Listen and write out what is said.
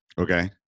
Okay